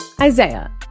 Isaiah